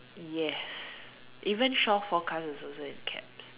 yes even shore forecast is also in caps